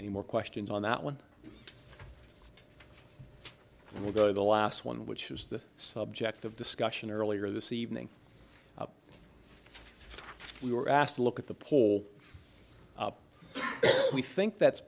any more questions on that one and we'll go to the last one which was the subject of discussion earlier this evening we were asked to look at the poll we think that's